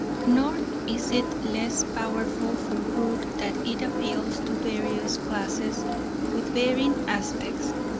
nor is it less powerful for good that it appeals to various classes with varying aspects.